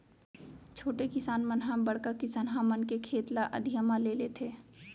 छोटे किसान मन ह बड़का किसनहा मन के खेत ल अधिया म ले लेथें